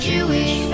Jewish